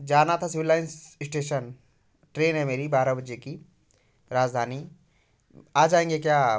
जाना था civil lines station train है मेरी बारह बजे की राज़धानी आ जाएंगे क्या आप